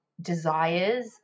desires